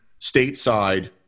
stateside